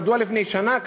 מדוע לפני שנה,